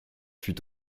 fut